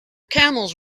camels